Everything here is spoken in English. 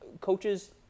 Coaches